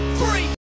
three